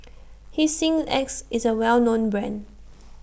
Hygin X IS A Well known Brand